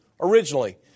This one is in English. originally